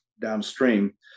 downstream